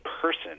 person